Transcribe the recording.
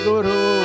Guru